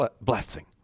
blessing